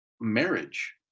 marriage